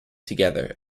together